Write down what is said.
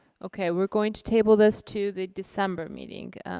okay we're going to table this to the december meeting.